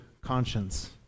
conscience